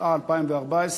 התשע"ה 2014,